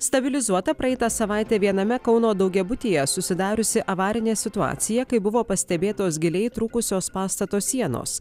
stabilizuota praeitą savaitę viename kauno daugiabutyje susidariusi avarinė situacija kai buvo pastebėtos giliai įtrūkusios pastato sienos